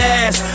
ass